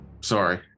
sorry